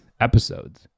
episodes